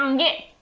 um get